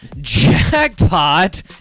Jackpot